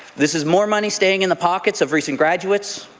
this is more money staying in the pocks of recent graduates,